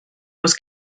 was